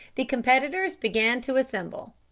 the competitors began to assemble.